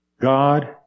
God